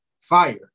fire